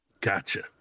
Gotcha